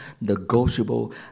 negotiable